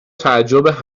تعجب